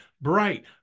bright